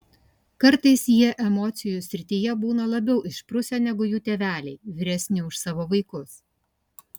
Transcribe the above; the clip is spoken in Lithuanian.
kartais jie emocijų srityje būna labiau išprusę negu jų tėveliai vyresni už savo vaikus